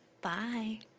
bye